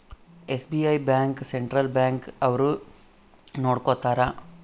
SBI bank central bank ಅವ್ರು ನೊಡ್ಕೋತರ